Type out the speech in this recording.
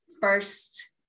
first